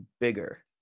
bigger